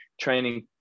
training